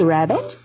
Rabbit